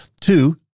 Two